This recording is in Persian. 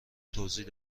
توضیح